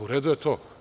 U redu je to.